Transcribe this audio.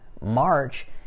March